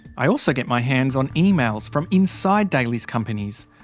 i also get my hands on emails from inside daly's companies.